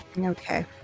Okay